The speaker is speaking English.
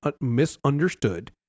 misunderstood